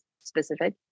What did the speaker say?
specific